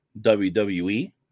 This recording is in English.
WWE